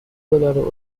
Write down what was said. دلار